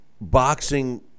boxing